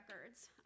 records